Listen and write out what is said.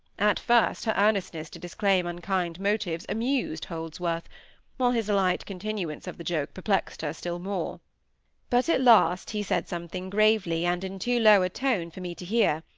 at first her earnestness to disclaim unkind motives amused holdsworth while his light continuance of the joke perplexed her still more but at last he said something gravely, and in too low a tone for me to hear,